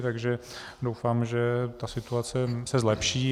Takže doufám, že ta situace se zlepší.